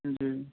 जी